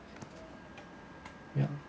ya